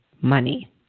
money